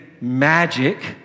magic